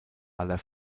aller